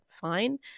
fine